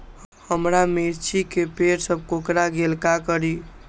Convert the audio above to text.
हमारा मिर्ची के पेड़ सब कोकरा गेल का करी?